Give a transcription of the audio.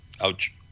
Ouch